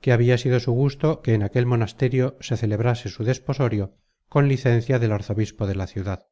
que habia sido su gusto que en aquel monasterio se celebrase su desposorio con licencia del arzobispo de la ciudad